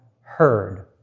heard